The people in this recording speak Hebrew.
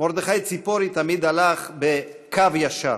מרדכי ציפורי תמיד הלך ב"קו ישר".